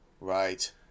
Right